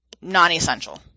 non-essential